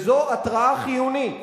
זו התראה חיונית